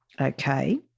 Okay